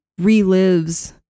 relives